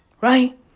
Right